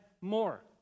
more